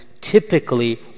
Typically